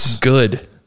Good